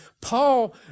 Paul